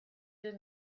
did